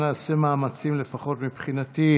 נעשה מאמצים, לפחות מבחינתי.